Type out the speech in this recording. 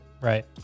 right